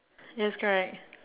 yes correct